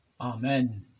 Amen